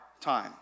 time